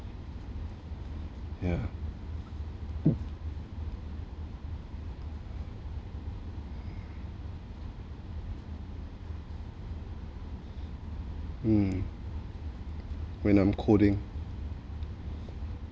yeah hmm when I'm calling